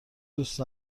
دوست